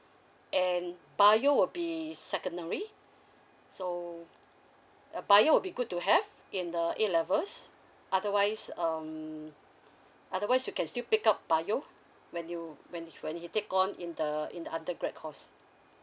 and bio will be secondary so uh bio would be good to have in the A levels otherwise um otherwise you can still pick up bio when you when he take on in the in the undergrad course